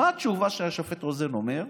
מה התשובה שהשופט רוזן אומר?